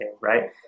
right